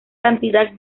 cantidad